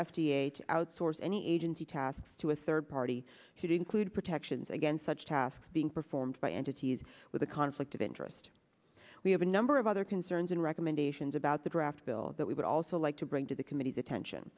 to outsource any agency tasks to a third party should include protections against such tasks being performed by entities with a conflict of interest we have a number of other concerns and recommendations about the draft bill that we would also like to bring to the committee's attention